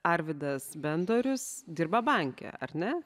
arvidas bendorius dirba banke ar ne